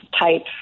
type